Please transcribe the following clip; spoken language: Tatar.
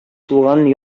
тулган